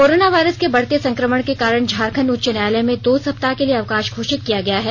corona virus के बढ़ते संक्रमण के कारण झारखंड उच्च न्यायालय में दो सप्ताह के लिए अवकाश घोषित किया गया है